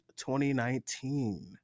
2019